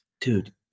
Dude